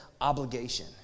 obligation